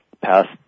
past